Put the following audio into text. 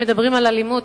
אם מדברים על אלימות,